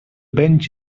bench